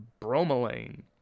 bromelain